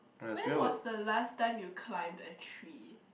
when was the last time you climb a tree